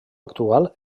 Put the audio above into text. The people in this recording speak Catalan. actual